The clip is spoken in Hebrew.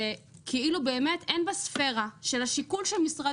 זה כאילו באמת בספירה של השיקול של משרד